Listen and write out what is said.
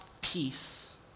peace